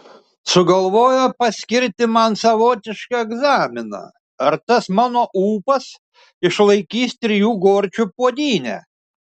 sugalvojo paskirti man savotišką egzaminą ar tas mano ūpas išlaikys trijų gorčių puodynę